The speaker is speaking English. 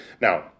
now